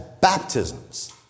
baptisms